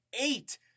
eight